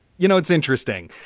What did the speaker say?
you know, it's interesting.